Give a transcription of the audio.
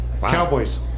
Cowboys